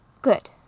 Good